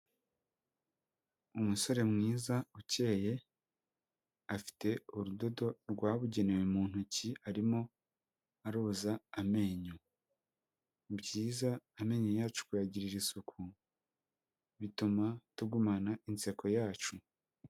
Umusore mwiza ukeye, afite urudodo rwabugenewe mu ntoki arimo aroza amenyo. Ni byiza amenyo yacu kuyagirira isuku, bituma tugumana inseko yacu.